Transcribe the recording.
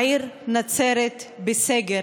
העיר נצרת בסגר.